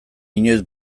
inoiz